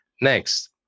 Next